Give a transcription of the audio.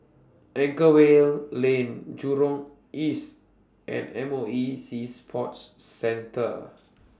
Anchorvale Lane Jurong East and M O E Sea Sports Centre